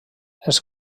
els